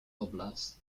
oblast